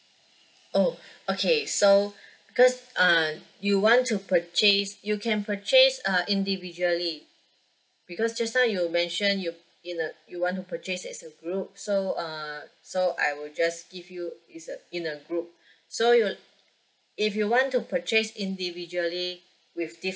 oh okay so because uh you want to purchase you can purchase uh individually because just now you mentioned you in a you want to purchase as a group so uh so I will just give you it's a in a group so you if you want to purchase individually with